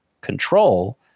control